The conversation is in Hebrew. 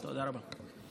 תודה רבה.